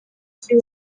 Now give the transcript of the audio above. kuri